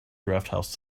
drafthouse